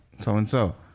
so-and-so